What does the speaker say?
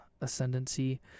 Ascendancy